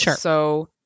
Sure